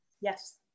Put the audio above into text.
yes